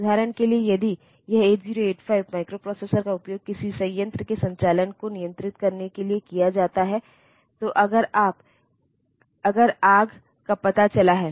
उदाहरण के लिए यदि यह 8885 माइक्रोप्रोसेसर का उपयोग किसी संयंत्र के संचालन को नियंत्रित करने के लिए किया जाता है तो अगर आग का पता चला है